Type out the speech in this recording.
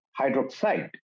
hydroxide